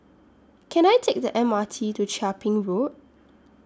Can I Take The M R T to Chia Ping Road